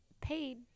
paid